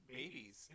babies